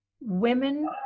Women